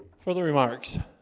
for the remarks